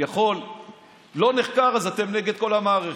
לא נחקר אז אתם נגד כל המערכת,